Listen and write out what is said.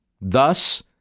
Thus